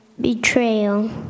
betrayal